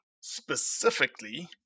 specifically